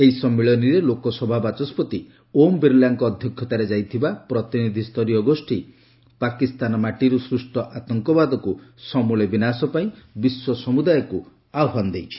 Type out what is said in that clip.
ଏହି ସମ୍ମିଳନୀରେ ଲୋକସଭା ବାଚାସ୍କତି ଓମ୍ ବିର୍ଲାଙ୍କ ଅଧ୍ୟକ୍ଷତାରେ ଯାଇଥିବା ପ୍ରତିନିଧିସ୍ତରୀୟ ଗୋଷ୍ଠୀ ପାକିସ୍ତାନ ମାଟିରୁ ସୃଷ୍ଟ ଆତଙ୍କ ବାଦକୁ ସମୂଳେ ବିନାଶ ପାଇଁ ବିଶ୍ୱ ସମୁଦାୟକୁ ଆହ୍ୱାନ ଦେଇଛନ୍ତି